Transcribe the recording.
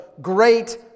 great